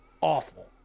awful